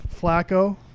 Flacco